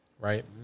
Right